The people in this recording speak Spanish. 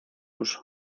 uso